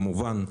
כמובן,